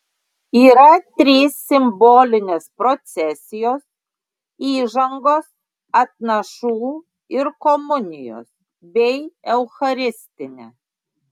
yra trys simbolinės procesijos įžangos atnašų ir komunijos bei eucharistinė